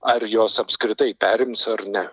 ar jos apskritai perims ar ne